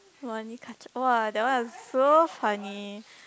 Monica-Cheng !wah! that one was so funny